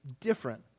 different